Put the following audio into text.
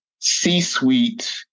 C-suite